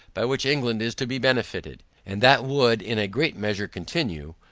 by which england is to be benefited, and that would in a great measure continue,